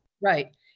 Right